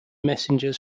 messengers